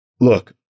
look